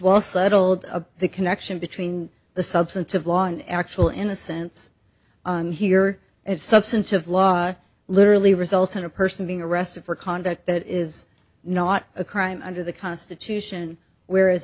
well settled the connection between the substantive law and actual in a sense on here if substantive law literally results in a person being arrested for conduct that is not a crime under the constitution where